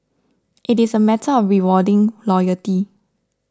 it is a matter of rewarding loyalty